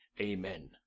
Amen